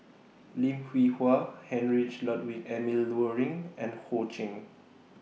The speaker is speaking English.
Lim Hwee Hua Heinrich Ludwig Emil Luering and Ho Ching